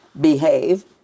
behave